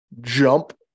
jump